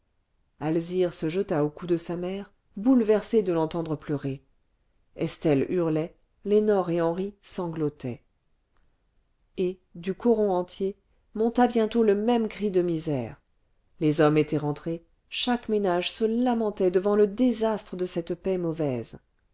alzire se jeta au cou de sa mère bouleversée de l'entendre pleurer estelle hurlait lénore et henri sanglotaient et du coron entier monta bientôt le même cri de misère les hommes étaient rentrés chaque ménage se lamentait devant le désastre de cette paie mauvaise